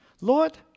Lord